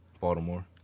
Baltimore